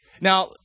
Now